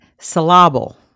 syllable